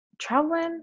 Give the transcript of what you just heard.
traveling